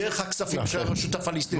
דרך הכספים של הרשות הפלסטינים,